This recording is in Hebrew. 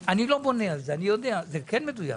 וזה כן מדויק.